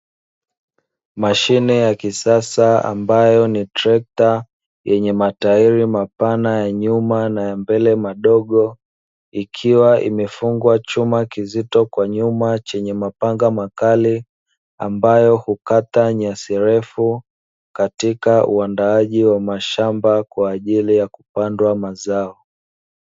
Mashine ya kisasa ambayo ni trekta, yenye matairi mapana ya nyuma na ya mbele madogo, ikiwa imefungwa chuma kizito kwa nyuma chenye mapanga makali, ambayo hukata nyasi refu katika uandaaji wa mashamba kwa ajili ya kupandwa mazao.